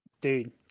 Dude